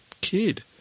kid